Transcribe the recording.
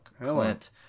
Clint